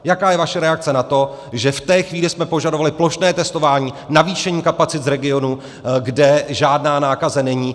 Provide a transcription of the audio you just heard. Jaká je vaše reakce na to, že v té chvíli jsme požadovali plošné testování, navýšení kapacit z regionů, kde žádná nákaza není?